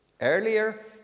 Earlier